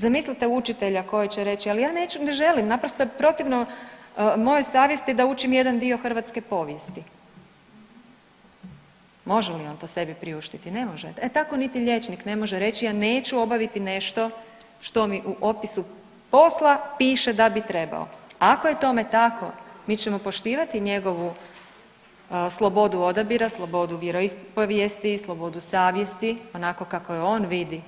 Zamislite učitelja koji će reć, ali ja neću, ne želim, naprosto je protivno mojoj savjesti da učim jedan dio hrvatske povijesti, može li on to sebi priuštiti, ne može, e tako niti liječnik ne može reći ja neću obaviti nešto što mi u opisu posla piše da bi trebao, ako je tome tako mi ćemo poštivati njegovu slobodu odabira, slobodu vjeroispovijesti i slobodu savjesti onako kako je on vidi,